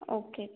okay